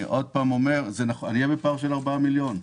אהיה בפער של 4 מיליון שקל.